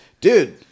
dude